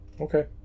Okay